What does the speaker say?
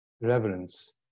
reverence